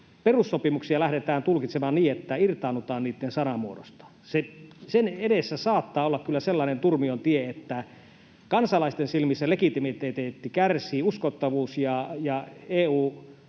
perussopimuksia lähdetään tulkitsemaan niin, että irtaannutaan niitten sanamuodosta, edessä saattaa olla kyllä sellainen turmion tie, että kansalaisten silmissä legitimiteetti ja uskottavuus kärsivät